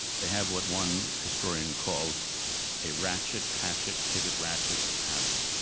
they have what one historian called a ratchet-hatchet-pivot-ratchet pattern.